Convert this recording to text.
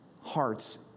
hearts